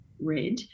red